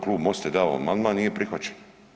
Klub MOST-a je dao amandman, nije prihvaćen.